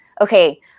Okay